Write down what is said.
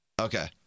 Okay